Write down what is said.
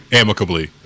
amicably